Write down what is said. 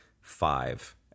five